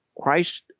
Christ